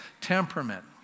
temperament